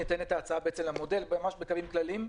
את המודל המוצע בקווים כלליים?